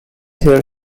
her